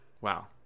wow